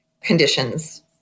conditions